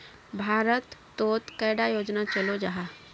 भारत तोत कैडा योजना चलो जाहा?